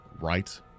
right